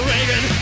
Reagan